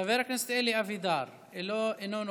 חבר הכנסת אלי אבידר, אינו נוכח,